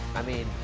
i mean,